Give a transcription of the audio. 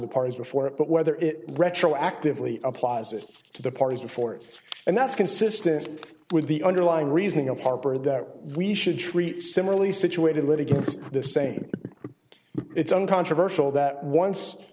the parties before it but whether it retroactively applies it to the parties before it and that's consistent with the underlying reasoning of harper that we should treat similarly situated litigants the same it's uncontroversial that once